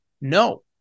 No